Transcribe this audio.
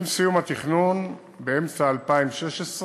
עם סיום התכנון, באמצע 2016,